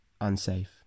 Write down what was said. unsafe